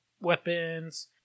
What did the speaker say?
weapons